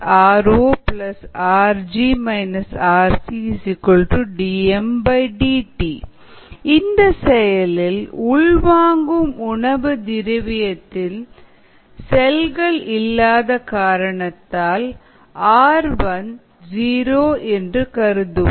ri ro rg rcdmdt இந்த செயலில் உள்வாங்கும் உணவு திரவியத்தில் செல்கள் இல்லாத காரணத்தால் r1 ஜீரோ என்று கருதுவோம்